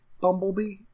Bumblebee